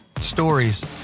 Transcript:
Stories